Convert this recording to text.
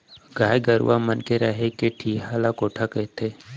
गाय गरूवा मन के रहें के ठिहा ल कोठा कथें